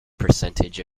percentage